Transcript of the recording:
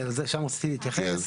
כי שם רציתי להתייחס.